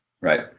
Right